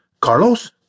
Carlos